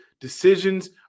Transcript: decisions